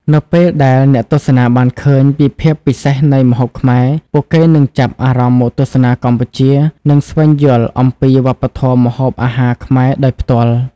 នៅពេលដែលអ្នកទស្សនាបានឃើញពីភាពពិសេសនៃម្ហូបខ្មែរ ពួកគេនឹងចាប់អារម្មណ៍មកទស្សនាកម្ពុជា និងស្វែងយល់អំពីវប្បធម៌ម្ហូបអាហារខ្មែរដោយផ្ទាល់។